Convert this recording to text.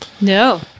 No